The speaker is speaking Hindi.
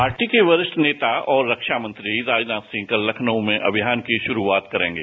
पार्टी के वरिष्ठ नेता और रक्षा मंत्री राजनाथ सिंह कल लखनऊ में अभियान की शुरुआत करेंगे